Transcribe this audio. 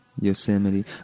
Yosemite